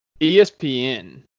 ESPN